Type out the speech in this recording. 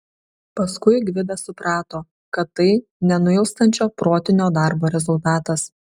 paskui gvidas suprato kad tai nenuilstančio protinio darbo rezultatas